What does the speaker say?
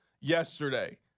yesterday